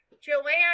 Joanne